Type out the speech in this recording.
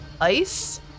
ice